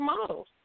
models